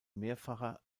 mehrfacher